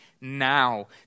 now